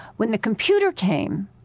when the computer came,